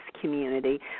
community